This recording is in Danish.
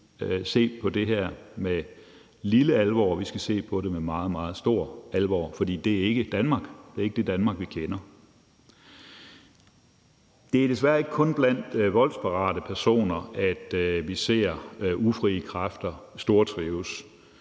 vi ikke se på det her med lille alvor. Vi skal se på det med meget, meget stor alvor, for det er ikke det Danmark, vi kender. Det er desværre ikke kun blandt voldsparate personer, at vi ser ufrihedens kræfter stortrives.